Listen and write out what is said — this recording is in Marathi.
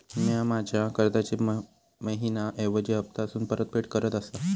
म्या माझ्या कर्जाची मैहिना ऐवजी हप्तासून परतफेड करत आसा